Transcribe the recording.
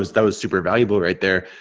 was that was super valuable right there.